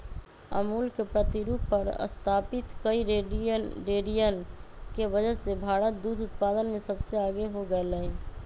अमूल के प्रतिरूप पर स्तापित कई डेरियन के वजह से भारत दुग्ध उत्पादन में सबसे आगे हो गयलय